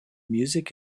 music